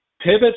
Pivots